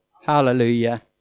Hallelujah